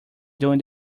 during